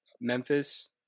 Memphis